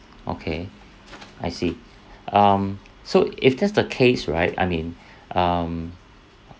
okay I see um so if that's the case right I mean um